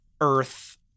Earth